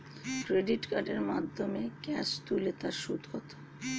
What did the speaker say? Credit কার্ডের মাধ্যমে cash তুলে তার সুদ কত?